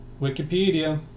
Wikipedia